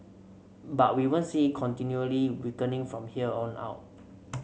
but we won't see it continually weakening from here on out